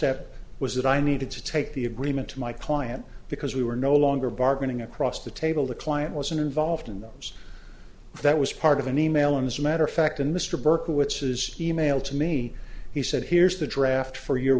step was that i needed to take the agreement to my client because we were no longer bargaining across the table the client wasn't involved in those that was part of an email and as a matter of fact in mr berkowitz's e mail to me he said here's the draft for your